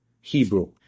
Hebrew